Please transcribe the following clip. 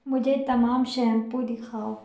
مجھے تمام شیمپو دکھاؤ